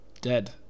Dead